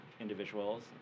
individuals